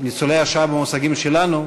במושגים שלנו,